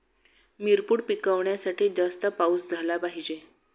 मिरपूड पिकवण्यासाठी जास्त पाऊस झाला पाहिजे